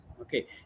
Okay